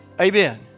Amen